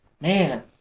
man